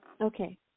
Okay